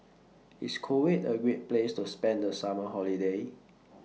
IS Kuwait A Great Place to spend The Summer Holiday